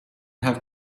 have